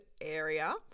area